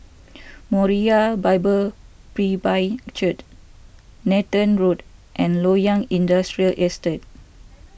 Moriah Bible Presby Church Nathan Road and Loyang Industrial Estate